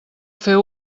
fer